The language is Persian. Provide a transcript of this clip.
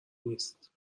نیست